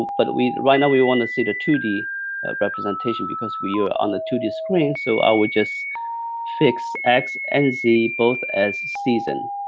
but right now we wanna see the two d representation, because we are on the two d screen, so i will just fix x and z both as season.